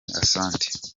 asante